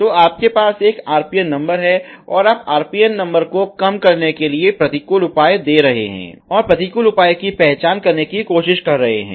तो आपके पास एक RPN नंबर है और आप RPN नंबर को कम करने के लिए प्रतिकूल उपाय दे रहे हैं और प्रतिकूल उपाय की पहचान करने की कोशिश कर रहे हैं